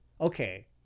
okay